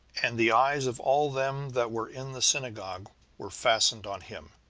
and the eyes of all them that were in the synagogue were fastened on him.